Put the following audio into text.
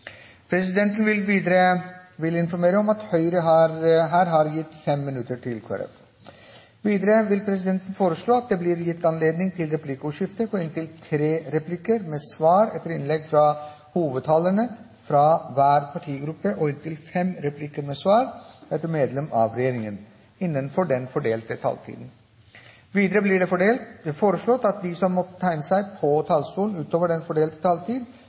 Presidenten vil informere om at Høyre her har gitt 5 minutter til Kristelig Folkeparti. Videre vil presidenten foreslå at det blir gitt anledning til replikkordskifte på inntil tre replikker med svar etter innlegg fra hovedtalerne fra hver partigruppe og inntil fem replikker med svar etter innlegg fra medlem av regjeringen innenfor den fordelte taletiden. Videre blir det foreslått at de som måtte tegne seg på talerlisten utover den fordelte taletid,